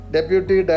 Deputy